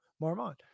Marmont